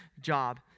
job